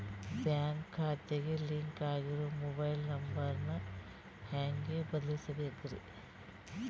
Bank ಖಾತೆಗೆ link ಆಗಿರೋ mobile number ನ ಹೆಂಗ್ ಬದಲಿಸಬೇಕ್ರಿ?